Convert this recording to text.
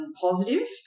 positive